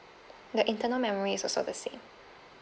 the internal memory is also the same